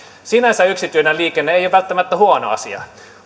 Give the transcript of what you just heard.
sinänsä yksityinen liikenne ei ole välttämättä huono asia